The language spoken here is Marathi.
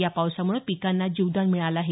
या पावसामुळं पिकांना जीवदान मिळालं आहे